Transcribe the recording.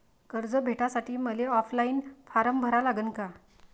कर्ज भेटासाठी मले ऑफलाईन फारम भरा लागन का?